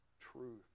truth